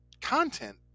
content